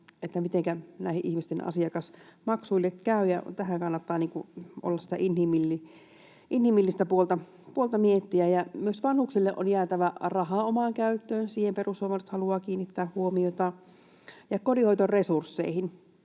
mitenkä näiden ihmisten asiakasmaksuille käy, ja tähän kannattaa sitä inhimillistä puolta miettiä. Myös vanhuksille on jäätävä rahaa omaan käyttöön, siihen perussuomalaiset haluavat kiinnittää huomiota ja kodinhoitoresursseihin